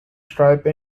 stripe